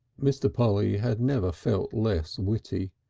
mr. polly had never felt less witty.